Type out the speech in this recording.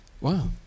Wow